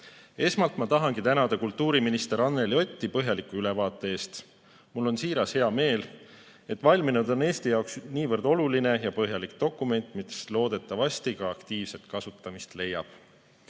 Esmalt ma tahan tänada kultuuriminister Anneli Otti põhjaliku ülevaate eest. Mul on siiralt hea meel, et valminud on Eesti jaoks niivõrd oluline ja põhjalik dokument, mis loodetavasti ka aktiivset kasutamist leiab.